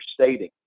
stating